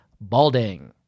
balding